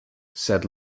said